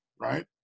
right